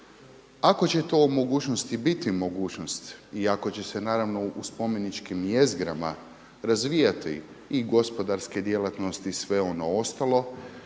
Ako će to u mogućnosti biti mogućnost i ako će se naravno u spomeničkim jezgrama razvijati i gospodarske djelatnosti i sve ono ostalo,